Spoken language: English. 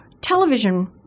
television